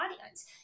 audience